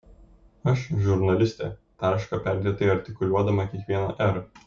aš žurnalistė tarška perdėtai artikuliuodama kiekvieną r